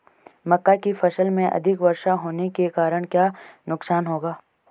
मक्का की फसल में अधिक वर्षा होने के कारण क्या नुकसान होगा?